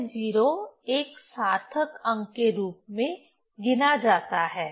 यह 0 एक सार्थक अंक के रूप में गिना जाता है